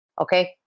okay